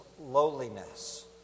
lowliness